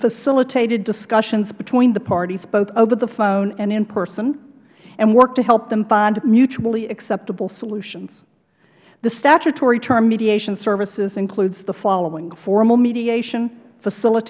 facilitated discussions between the parties both over the phone and in person and worked to help them find mutually acceptable solutions the statutory term mediation services include the following formal mediation facilit